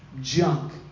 junk